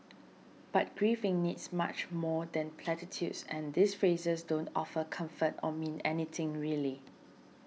but grieving needs much more than platitudes and these phrases don't offer comfort or mean anything really